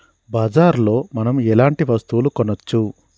బజార్ లో మనం ఎలాంటి వస్తువులు కొనచ్చు?